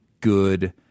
good